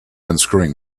unscrewing